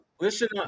listen